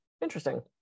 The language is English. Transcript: interesting